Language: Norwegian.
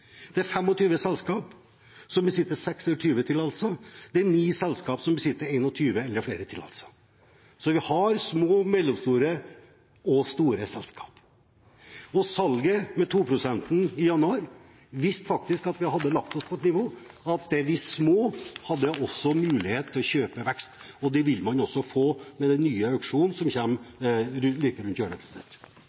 flere tillatelser. Så vi har små, mellomstore og store selskaper. Salget med 2-prosenten i januar viste at vi faktisk hadde lagt oss på et slikt nivå at de små også hadde mulighet til å kjøpe vekst. Og det vil man også få med den nye auksjonen som er like rundt hjørnet.